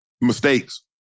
Mistakes